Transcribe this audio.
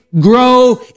grow